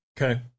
Okay